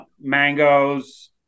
mangoes